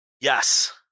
yes